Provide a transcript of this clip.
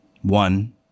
One